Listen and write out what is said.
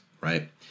right